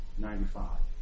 95